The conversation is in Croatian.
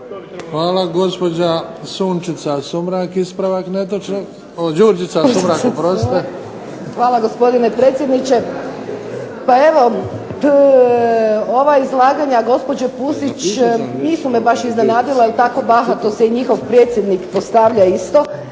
Hvala gospodine predsjedniče. Pa evo ova izlaganja gospođe Pusić nisu me baš iznenadila, jer bahato se i njihov predsjednik postavlja isto.